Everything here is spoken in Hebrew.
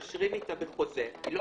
שמתקשרים אתה בחוזה, היא לא